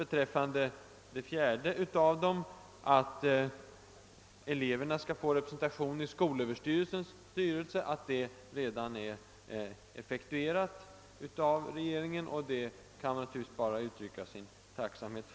Beträffande det fjärde av dem, att eleverna skall få representation i skolöverstyrelsens styrelse, påpekar utskottet att vårt önskemål redan är tillgodosett av regeringen, och det kan jag naturligtvis bara uttrycka min glädje över.